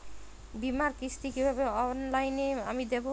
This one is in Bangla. বীমার কিস্তি কিভাবে অনলাইনে আমি দেবো?